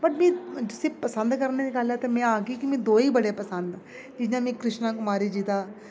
फ्हीं पसंद करने दी गल्ल ऐ तां में आखगी कि मिगी दोए बड़े पसंद न जि'यां मिगी कृष्णा कमारी जी दा